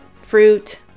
fruit